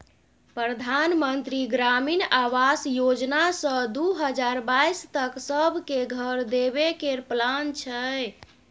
परधान मन्त्री ग्रामीण आबास योजना सँ दु हजार बाइस तक सब केँ घर देबे केर प्लान छै